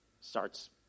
Starts